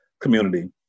community